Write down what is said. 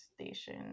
station